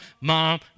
mom